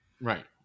Right